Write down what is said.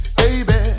baby